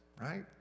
right